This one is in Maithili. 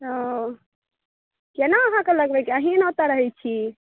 हॅं केना अहाँ के लगबै छी अहीं ने ओतय रहै छी